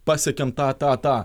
pasiekėm tą tą tą